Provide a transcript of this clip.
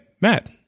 Matt